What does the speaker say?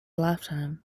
lifetime